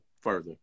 further